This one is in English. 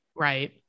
Right